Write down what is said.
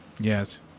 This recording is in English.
Yes